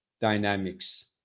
dynamics